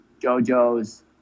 JoJo's